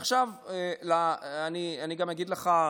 ועכשיו אני גם אגיד לך,